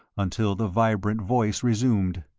until the vibrant voice resumed